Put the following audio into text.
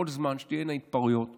כל זמן שתהיינה התפרעויות